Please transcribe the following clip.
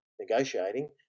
negotiating